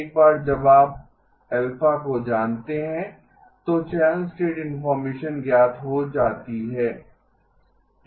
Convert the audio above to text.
एक बार जब आप α को जानते हैं तो चैनल स्टेट इन्फॉर्मेशन ज्ञात हो जाती है